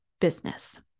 business